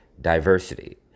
diversity